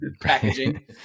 packaging